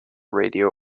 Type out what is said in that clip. radio